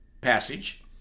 passage